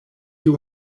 you